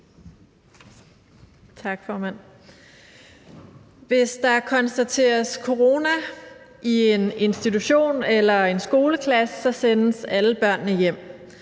Hvis der konstateres corona i en institution eller en skoleklasse, sendes alle børnene hjem,